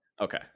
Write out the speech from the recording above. Okay